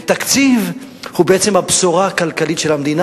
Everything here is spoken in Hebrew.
ותקציב הוא בעצם הבשורה הכלכלית של המדינה,